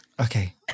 Okay